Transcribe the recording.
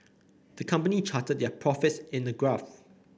the company charted their profits in a graph